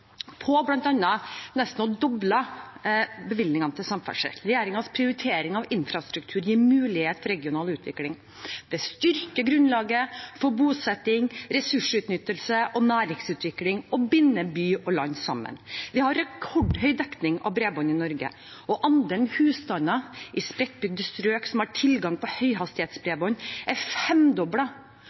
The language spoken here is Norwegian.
nesten å doble bevilgningene til samferdsel. Regjeringens prioritering av infrastruktur gir mulighet for regional utvikling, det styrker grunnlaget for bosetting, ressursutnyttelse og næringsutvikling og binder by og land sammen. Vi har en rekordhøy dekning av bredbånd i Norge, og andelen husstander i spredtbygde strøk som har tilgang på høyhastighetsbredbånd, er